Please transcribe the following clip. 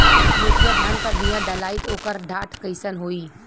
मोतिया धान क बिया डलाईत ओकर डाठ कइसन होइ?